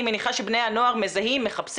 אם שנה קודמת עיקר ההפעלה הייתה בתוך המתחם כשיש לנו